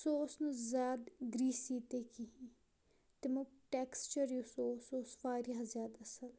سُہ اوس نہٕ زیادٕ گریٖسی تہِ کِہِیٖنۍ تمُک ٹیکسچَر یُس اوس سُہ اوس واریاہ زیادٕ اَصٕل